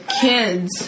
kids